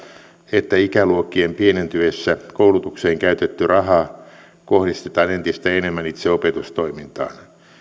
että ikäluokkien pienentyessä koulutukseen käytetty raha kohdistetaan entistä enemmän itse opetustoimintaan